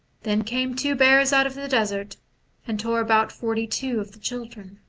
then came two bears out of the desert and tore about forty-two of the children.